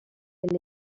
elle